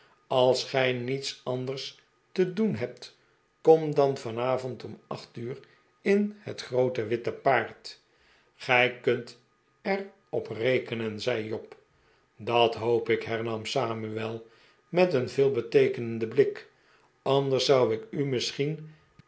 ais gij niets anders te do en hebt kom dan vanavond om acht uur in het groote witte paard gij kunt er op rekenen zei job dat hoop ik hernam samuel met een veelbeteekenenden blikj anders zou ik u misschien